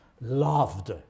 loved